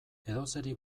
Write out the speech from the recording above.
edozeri